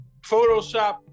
Photoshop